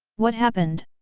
what happened?